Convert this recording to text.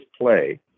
play